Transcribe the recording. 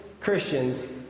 Christians